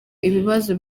ibibazo